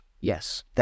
Yes